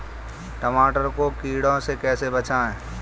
टमाटर को कीड़ों से कैसे बचाएँ?